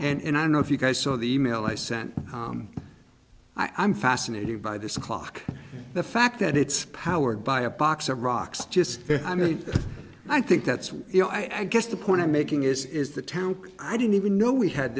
h and i don't know if you guys saw the email i sent i'm fascinated by this clock the fact that it's powered by a box of rocks just i mean i think that's why you know i guess the point i'm making is is the town i didn't even know we had